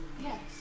Yes